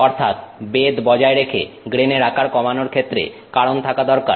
অর্থাৎ বেধ বজায় রেখে গ্রেনের আকার কমানোর ক্ষেত্রে কারণ থাকা দরকার